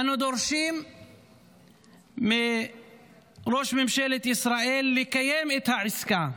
אנו דורשים מראש ממשלת ישראל לקיים את העסקה,